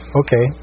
okay